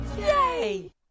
Yay